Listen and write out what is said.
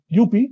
UP